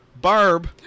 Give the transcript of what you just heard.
Barb